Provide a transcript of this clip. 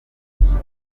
ubuzima